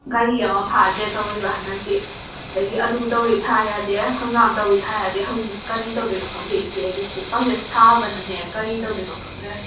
ꯒꯥꯔꯤ ꯑꯃ ꯐꯥꯗꯦ ꯇꯧꯔꯤꯕ ꯍꯟꯗꯛꯇꯤ ꯑꯗꯒꯤ ꯑꯂꯨ ꯇꯧꯏ ꯊꯥ ꯌꯥꯗꯦ ꯍꯪꯒꯥꯝ ꯇꯧꯏ ꯊꯥ ꯌꯥꯗꯦ ꯍꯧꯖꯤꯛꯁꯤ ꯀꯔꯤ ꯇꯧꯗꯣꯏꯅꯣ ꯈꯪꯗꯦ ꯏꯆꯦ ꯑꯩꯗꯤ ꯀꯣꯛꯀꯁꯦ ꯁꯥꯕꯅꯅꯦ ꯀꯔꯤ ꯇꯧꯗꯣꯏꯅꯣ ꯈꯪꯗ꯭ꯔꯦ